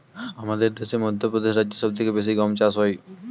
আমাদের দেশে মধ্যপ্রদেশ রাজ্যে সব থেকে বেশি গম চাষ হয়